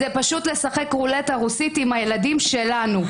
זה פשוט לשחק רולטה רוסית עם הילדים שלנו,